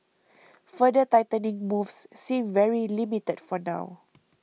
further tightening moves seem very limited for now